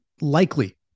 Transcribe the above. likely